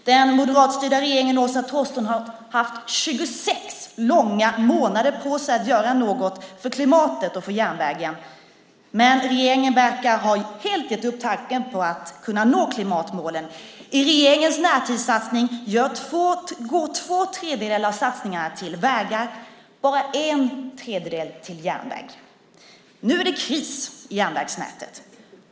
Den moderatstyrda regeringen och Åsa Torstensson har haft 26 långa månader på sig att göra något för klimatet och för järnvägen. Men regeringen verkar helt ha gett upp tanken på att kunna nå klimatmålen. I regeringens närtidssatsning går två tredjedelar av satsningarna till vägar, bara en tredjedel till järnväg. Nu är det kris i järnvägsnätet.